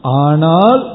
anal